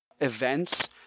events